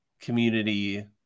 community